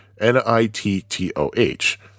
N-I-T-T-O-H